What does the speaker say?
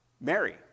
Mary